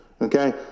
okay